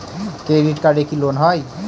Credit কার্ডে কি loan হয়?